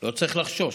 לא צריך לחשוש.